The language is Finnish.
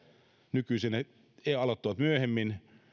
nykyisin myöhemmin